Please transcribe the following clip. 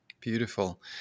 Beautiful